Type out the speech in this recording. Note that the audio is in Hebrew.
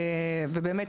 ובאמת,